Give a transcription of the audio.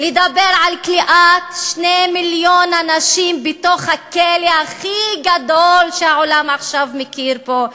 לדבר על כליאת 2 מיליון אנשים בתוך הכלא הכי גדול שהעולם עכשיו מכיר פה,